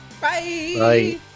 Bye